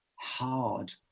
hard